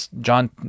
John